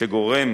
שגורם